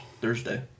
Thursday